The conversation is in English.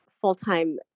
full-time